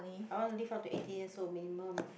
I want to live up to eighty years old minimum